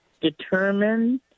determined